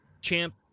champ